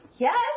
Yes